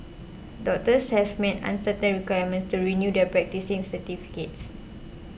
doctors have meet uncertain requirements to renew their practising certificates